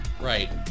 right